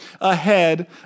ahead